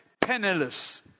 penniless